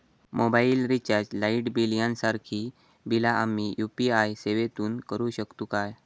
Mobile recharge, light bill यांसारखी बिला आम्ही यू.पी.आय सेवेतून करू शकतू काय?